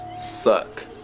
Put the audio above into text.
suck